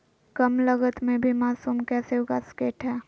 कम लगत मे भी मासूम कैसे उगा स्केट है?